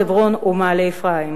חברון או מעלה-אפרים.